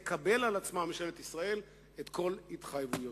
תקבל על עצמה ממשלת ישראל את כל התחייבויותיה".